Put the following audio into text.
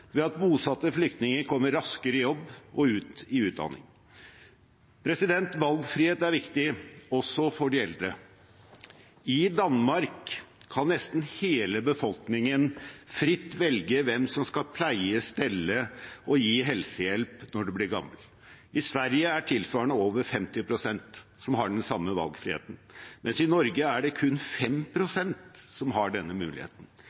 ved at bosatte flyktninger kommer raskere i jobb og ut i utdanning. Valgfrihet er viktig, også for de eldre. I Danmark kan nesten hele befolkningen fritt velge hvem som skal pleie, stelle og gi helsehjelp når man blir gammel. I Sverige er det over 50 pst. som har den samme valgfriheten, mens det i Norge er kun 5 pst. som har denne muligheten,